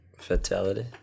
Fatality